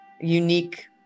unique